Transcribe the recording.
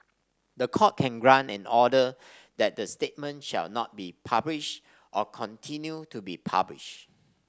the Court can grant an order that the statement shall not be published or continue to be published